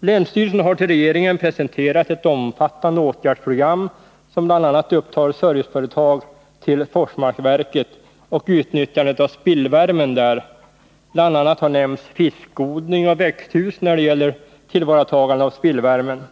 Länsstyrelsen har för regeringen presenterat ett omfattande åtgärdsprogram, som bl.a. upptar serviceföretag till Forsmarksverket och utnyttjande av spillvärmen där. Bl. a. har nämnts fiskodling och växthus när det gäller tillvaratagande av spillvärmen.